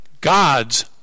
God's